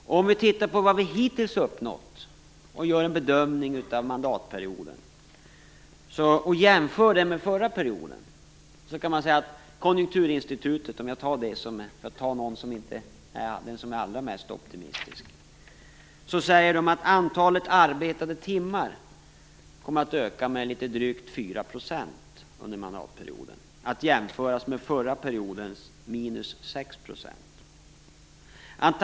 Om vi tittar på vad vi hittills har uppnått, gör en bedömning av mandatperioden och jämför den med förra perioden, kan man som Konjunkturinstitutet - jag tar det för att välja något som inte är allra mest optimistiskt - säga att antalet arbetade timmar kommer att öka med litet drygt 4 % under mandatperioden, att jämföras med förra periodens minus 6 %.